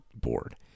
board